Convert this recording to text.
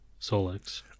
Solex